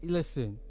listen